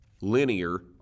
linear